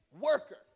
worker